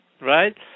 right